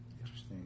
Interesting